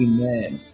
Amen